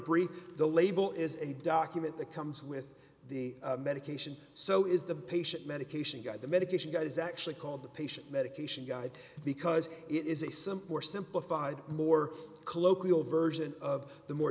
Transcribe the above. brief the label is a document that comes with the medication so is the patient medication guide the medication god is actually called the patient medication guide because it is a some more simplified more colloquial version of the more